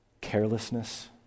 carelessness